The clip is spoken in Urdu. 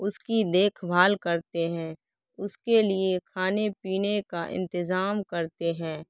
اس کی دیکھ بھال کرتے ہیں اس کے لیے کھانے پینے کا انتظام کرتے ہیں